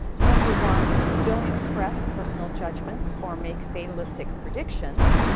number one don't express personal judgments or make fatalistic predictions.